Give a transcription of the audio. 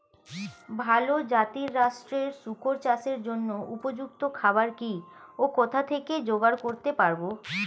ভালো জাতিরাষ্ট্রের শুকর চাষের জন্য উপযুক্ত খাবার কি ও কোথা থেকে জোগাড় করতে পারব?